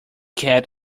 cat